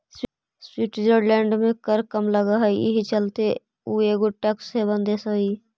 Switzerland में कर कम लग हई एहि चलते उ एगो टैक्स हेवन देश हई